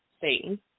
Satan